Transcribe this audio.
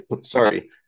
sorry